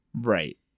Right